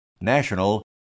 national